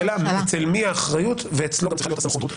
שאלה אצל מי האחריות ואצלו גם צריכה להיות הסמכות.